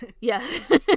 Yes